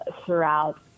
throughout